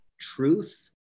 truth